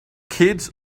kids